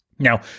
Now